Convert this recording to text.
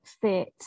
fit